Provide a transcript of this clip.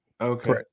Okay